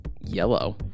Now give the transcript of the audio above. Yellow